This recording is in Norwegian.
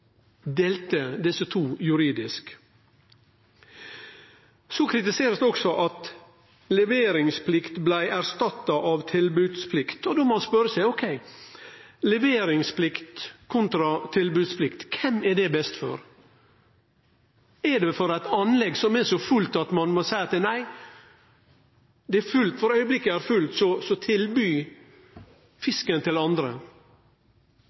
delte ein det opp i to juridiske selskap. Så kritiserer ein også at leveringsplikt blei erstatta av tilbodsplikt, og då må ein spørje seg: Leveringsplikt kontra tilbodsplikt, kven er det best for? Er det best for eit anlegg som er så fullt at ein må seie at nei, det er for augneblinken fullt, så tilby fisken til andre?